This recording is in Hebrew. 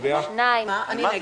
מי נמנע?